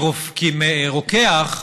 כי רוקח,